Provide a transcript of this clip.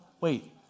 Wait